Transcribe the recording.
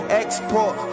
export